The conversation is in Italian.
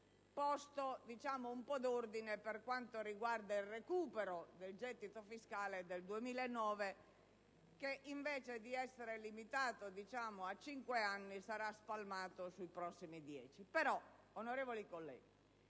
posto un po' d'ordine per quanto riguarda il recupero del gettito fiscale del 2009, che invece di essere recuperato in cinque anni sarà spalmato sui prossimi dieci.